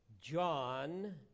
John